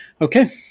Okay